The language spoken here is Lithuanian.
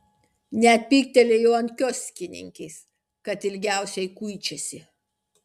net pyktelėjo ant kioskininkės kad ilgiausiai kuičiasi